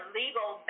legal